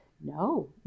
no